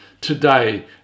today